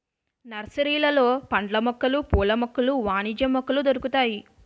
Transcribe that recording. నర్సరీలలో పండ్ల మొక్కలు పూల మొక్కలు వాణిజ్య మొక్కలు దొరుకుతాయి